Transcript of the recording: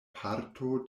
parto